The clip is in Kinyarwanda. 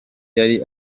yari